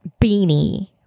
beanie